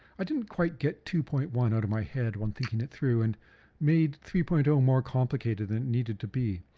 i didn't quite get two point one out of my head when thinking it through, and made three point zero um more complicated than it needed to be.